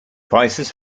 prices